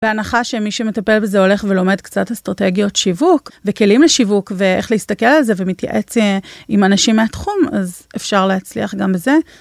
בהנחה שמי שמטפל בזה הולך ולומד קצת אסטרטגיות שיווק וכלים לשיווק ואיך להסתכל על זה ומתייעץ עם אנשים מהתחום אז אפשר להצליח גם בזה.